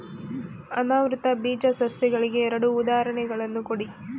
ಅನಾವೃತ ಬೀಜ ಸಸ್ಯಗಳಿಗೆ ಎರಡು ಉದಾಹರಣೆಗಳನ್ನು ಕೊಡಿ